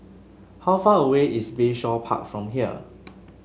how far away is Bayshore Park from here